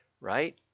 right